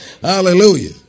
Hallelujah